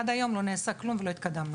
עד היום לא נעשה כלום, ולא התקדמנו.